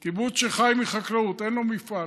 קיבוץ שחי מחקלאות, אין לו מפעל.